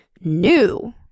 new